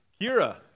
Kira